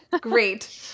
Great